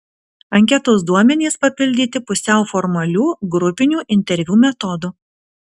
anketos duomenys papildyti pusiau formalių grupinių interviu metodu